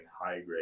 high-grade